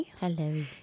hello